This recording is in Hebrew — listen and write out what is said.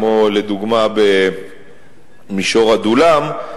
כמו במישור עדולם,